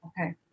Okay